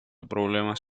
problemas